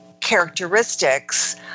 characteristics